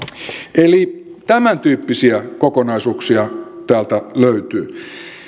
eli tämäntyyppisiä kokonaisuuksia täältä löytyy